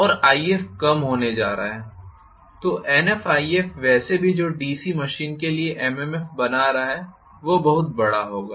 और If कम होने जा रहा है तो NfIf वैसे भी जो डीसी मशीन के लिए एमएमएफ बना रहा है वो बहुत बड़ा होगा